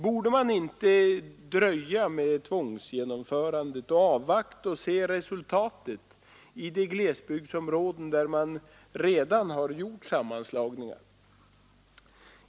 Borde man inte dröja med tvångsgenomförandet och avvakta resultatet i de gamla glesbygdsområden där man redan har gjort sammanslagningar?